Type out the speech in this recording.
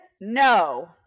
No